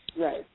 Right